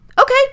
okay